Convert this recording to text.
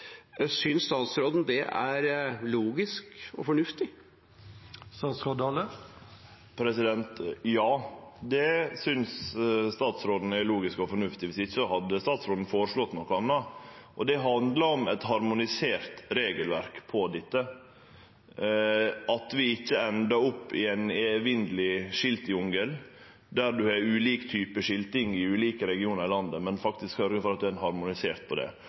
Synes statsråden det er logisk og fornuftig? Ja, det synest statsråden er logisk og fornuftig. Viss ikkje hadde statsråden føreslått noko anna. Det handlar om eit harmonisert regelverk for dette, at vi ikkje endar opp ei ein evinneleg skiltjungel der ein har ulik type skilting i ulike regionar i landet, men faktisk sørgjer for at det er harmonisert. Så spørsmålet er: Kva slags fleksibilitet kan ein få til innanfor det